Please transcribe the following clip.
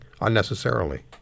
unnecessarily